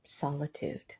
Solitude